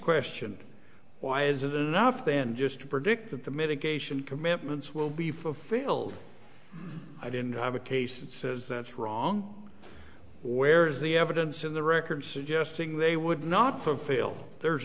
question why isn't it enough then just to predict that the mitigation commitments will be fulfilled i didn't have a case that says that's wrong where is the evidence in the record suggesting they would not for fail there's